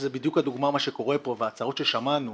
מה שקורה פה וההצהרות ששמענו,